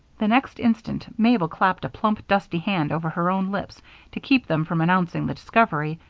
the next instant mabel clapped a plump, dusty hand over her own lips to keep them from announcing the discovery,